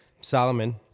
Solomon